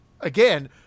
again